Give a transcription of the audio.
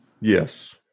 Yes